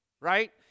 right